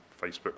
Facebook